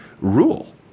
rule